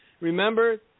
Remember